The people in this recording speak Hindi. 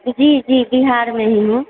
जी जी बिहार में ही हूँ